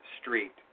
Street